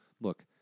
Look